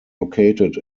located